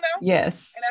Yes